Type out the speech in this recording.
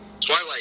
Twilight